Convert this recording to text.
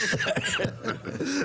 נכון.